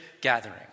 gathering